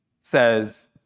says